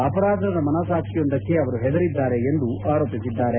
ಅಪರಾಧದ ಮನಸ್ವಾಕ್ಸಿಯೊಂದಕ್ಕೆ ಅವರು ಹೆದರಿದ್ದಾರೆ ಎಂದು ಆರೋಪಿಸಿದ್ದಾರೆ